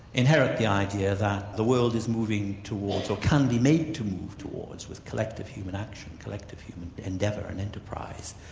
inherit the idea that the world is moving towards, or can be made to move towards with collective human action, collective human endeavour and enterprise,